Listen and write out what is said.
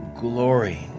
glory